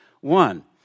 one